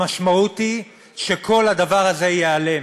המשמעות היא שכל הדבר הזה ייעלם,